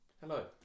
hello